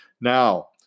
Now